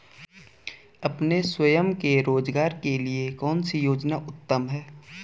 अपने स्वयं के रोज़गार के लिए कौनसी योजना उत्तम है?